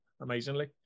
amazingly